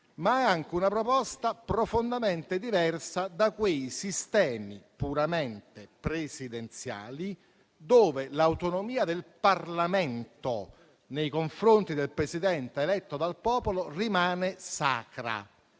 ma è anche profondamente diversa da quei sistemi puramente presidenziali dove l'autonomia del Parlamento nei confronti del Presidente eletto dal popolo rimane sacra.